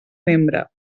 membre